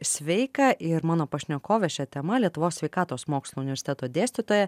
sveika ir mano pašnekovė šia tema lietuvos sveikatos mokslų universiteto dėstytoja